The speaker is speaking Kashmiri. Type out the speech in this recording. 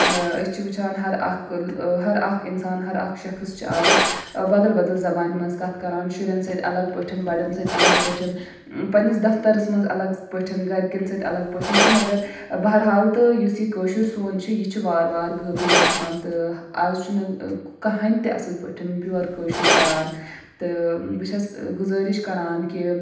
أسی چھِ وُچھان ہر اَکھ ہر اَکھ اِنسان ہر اَکھ شَخض چھُ اَز بَدل بَدل زَبانہِ منٛز کَتھ کران شُرٮ۪ن سٍتۍ الگ پٲٹھۍ بَڈٮ۪ن سٍتۍ الگ پٲٹھۍ پَنٕنِس دَفتَرس منٛز اَلگ پٲٹھۍ گَرِکٮ۪ن سٍتۍ اَلگ پٲٹھۍ تہٕ مگر بہرحال تہٕ یُس یہِ کٲشُر سون چھُ یہِ چھُ وارٕ وارٕ غأیبٕے گَژھان تہٕ اَز چھُنہٕ کٲہٕنٛۍ تہِ اَصٕل پٲٹھۍ پِیور کٲشُر کران تہٕ بہٕ چھَس گُزٲرِش کران کہِ